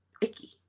icky